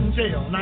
jail